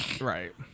Right